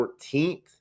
14th